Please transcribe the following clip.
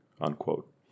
unquote